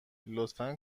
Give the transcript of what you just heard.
لطفا